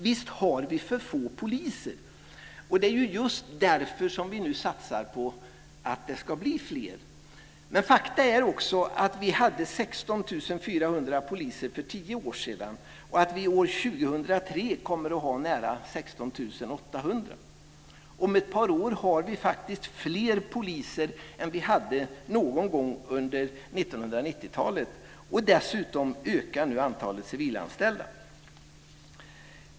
Visst har vi för få poliser. Det ju just därför som vi nu satsar på fler. Fakta är att vi hade 16 400 poliser för tio år sedan och att vi år 2003 kommer att ha nära 16 800. Om ett par år har vi faktiskt fler poliser än vi hade någon gång under 1990-talet. Dessutom ökar nu antalet civilanställda.